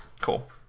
Cool